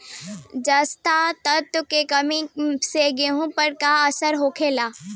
जस्ता तत्व के कमी से गेंहू पर का असर होखे?